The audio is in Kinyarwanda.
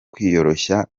kwiyoroshya